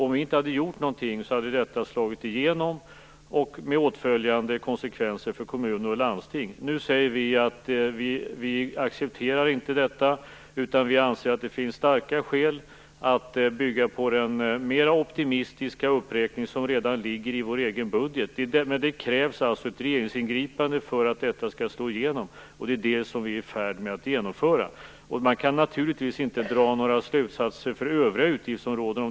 Om vi inte hade gjort någonting hade detta slagit igenom med åtföljande konsekvenser för kommuner och landsting. Nu säger vi att vi inte accepterar detta, utan vi anser att det finns starka skäl att bygga på den mer optimistiska uppräkning som redan ingår i vår egen budget. Men det krävs alltså ett regeringsingripande för att detta skall slå igenom. Det är det som vi är i färd med att genomföra. Man kan naturligtvis inte dra några slutsatser av detta för övriga utgiftsområden.